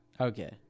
Okay